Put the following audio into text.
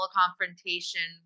confrontation